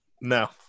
No